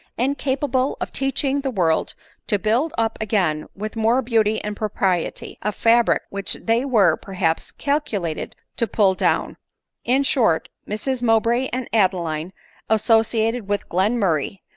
incapable of teaching the world to build up again with more beauty and propriety, a fabric which they were, perhaps, calculated to pull down in short, mrs mowbray and adeline associated with glenmurray,